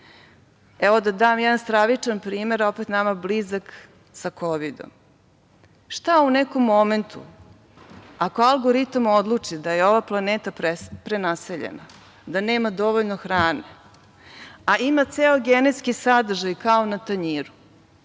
Evo da dam jedan stravičan primer, opet nama blizak, sa kovidom. Šta u nekom momentu, ako algoritam odluči da je ova planeta prenaseljena, da nema dovoljno hrane, a ima ceo genetski sadržaj kao na tanjiru